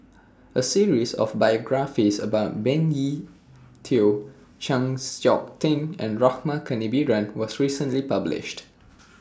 A series of biographies about Benny Se Teo Chng Seok Tin and Rama Kannabiran was recently published